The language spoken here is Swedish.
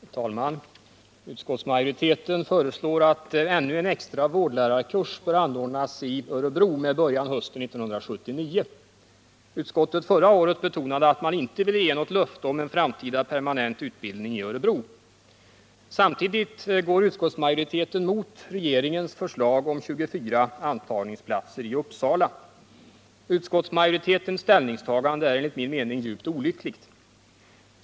Herr talman! Utskottsmajoriteten föreslår att ännu en extra vårdlärarkurs skall anordnas i Örebro med början hösten 1979. Utskottet betonade förra året att man inte ville ge något löfte om en framtida permanent utbildning i Örebro. Samtidigt går man emot regeringens förslag om 24 antagningsplatser i Uppsala. Utskottsmajoritetens ställningstagande är enligt min mening djupt olyckligt.